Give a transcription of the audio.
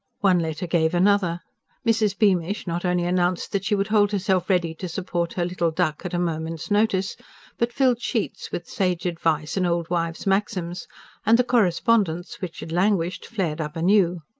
one letter gave another mrs. beamish not only announced that she would hold herself ready to support her little duck at a moment's notice but filled sheets with sage advice and old wives' maxims and the correspondence, which had languished, flared up anew.